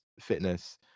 fitness